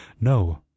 No